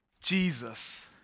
Jesus